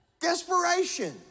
desperation